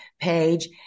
page